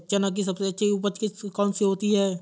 चना की सबसे अच्छी उपज किश्त कौन सी होती है?